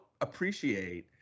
appreciate